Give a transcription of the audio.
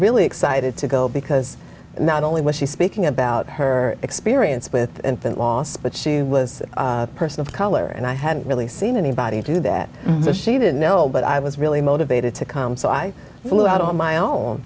really excited to go because not only was she speaking about her experience with infant loss but she was a person of color and i hadn't really seen anybody do that so she didn't know but i was really motivated to come so i flew out on my own